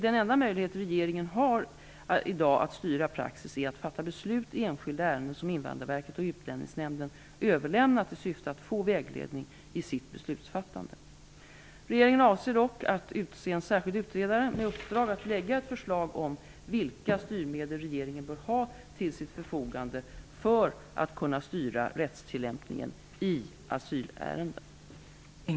Den enda möjlighet regeringen i dag har att styra praxis är att fatta beslut i enskilda ärenden som Invandrarverket eller Utlänningsnämnden överlämnat i syfte att få vägledning i sitt beslutsfattande. Regeringen avser dock att utse en särskild utredare med uppdrag att lägga fram ett förslag om vilka styrmedel regeringen bör ha till sitt förfogande för att kunna styra rättstillämpningen i asylärenden.